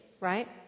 right